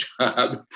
job